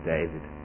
David